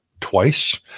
twice